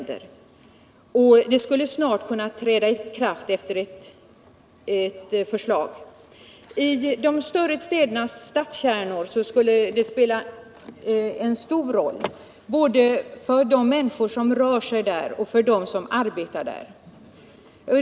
Det skulle snart kunna tillämpas efter ett beslut. I de större städernas stadskärnor skulle det spela en stor roll både för de människor som rör sig där och för dem som arbetar där.